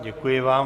Děkuji vám.